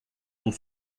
pour